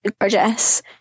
gorgeous